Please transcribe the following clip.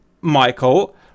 Michael